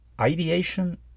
ideation